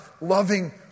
loving